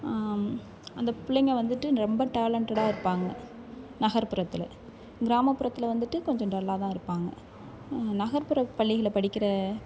அந்த பிள்ளைங்க வந்துட்டு ரொம்ப டேலண்டடாக இருப்பாங்க நகர்ப்புறத்தில் கிராமப்புறத்தில் வந்துட்டு கொஞ்சம் டல்லாக தான் இருப்பாங்க நகர்ப்புற பள்ளிகளில் படிக்கின்ற